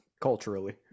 culturally